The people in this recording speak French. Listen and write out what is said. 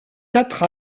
quatre